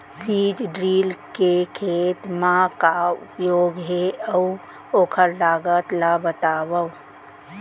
बीज ड्रिल के खेत मा का उपयोग हे, अऊ ओखर लागत ला बतावव?